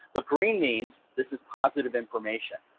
but green means this is positive information.